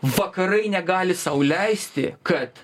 vakarai negali sau leisti kad